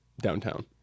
downtown